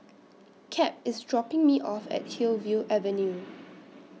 Cap IS dropping Me off At Hillview Avenue